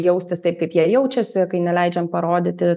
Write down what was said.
jaustis taip kaip jie jaučiasi kai neleidžiam parodyti